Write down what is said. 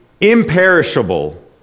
imperishable